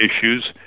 issues